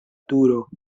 turo